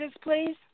please